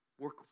work